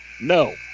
No